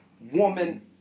woman